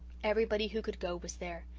everybody who could go was there.